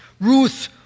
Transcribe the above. Ruth